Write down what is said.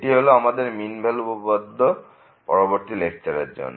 এটি হলো আমাদের মিন ভ্যালু উপপাদ্য পরবর্তী লেকচারের জন্য